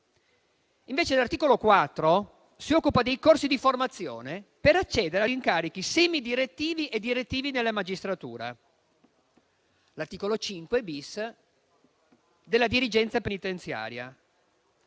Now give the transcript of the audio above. L'articolo 4 si occupa dei corsi di formazione per accedere agli incarichi semidirettivi e direttivi della magistratura. L'articolo 5-*bis* riguarda la dirigenza penitenziaria.